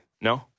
No